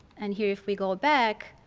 and here if we go back,